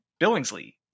Billingsley